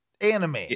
anime